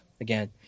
again